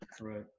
Right